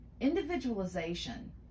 individualization